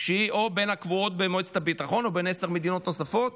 שהיא או בין הקבועות במועצת הביטחון או בין עשר המדינות הנוספות